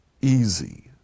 easy